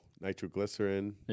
nitroglycerin